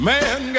Man